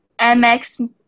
MX